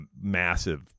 massive